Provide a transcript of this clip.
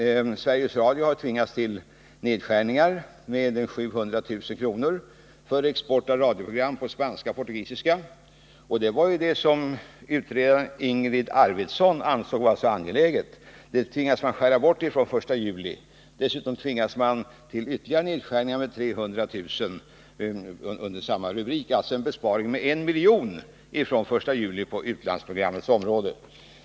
Sverige Radio tvingas till nedskärningar till ett belopp av 700 000 kr. från den 1 juli för export av radioprogram på spanska och portugisiska. Det var denna export utredaren Ingrid Arvidsson ansåg vara så angelägen. Dessutom tvingas man till ytterligare nedskärningar med 300 000 kr. under samma rubrik, dvs. en besparing på 1 milj.kr. från den 1 juli på utlandsprogrammens område.